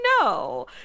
no